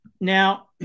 Now